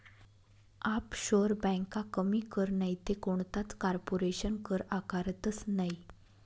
offshore ब्यांका कमी कर नैते कोणताच कारपोरेशन कर आकारतंस नयी